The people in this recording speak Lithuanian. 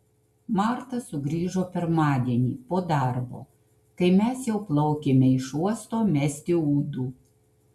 marta sugrįžo pirmadienį po darbo kai mes jau plaukėme iš uosto mesti ūdų